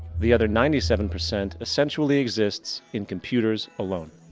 the other ninety seven percent essentially exists in computers alone.